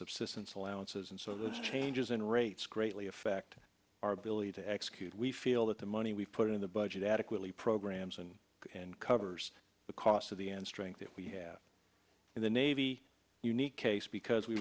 subsistence allowances and so the changes in rates greatly affect our ability to execute we feel that the money we put in the budget adequately programs and covers the cost of the end strength that we have in the navy unique case because we